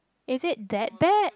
is it that bad